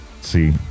see